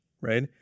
right